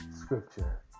scripture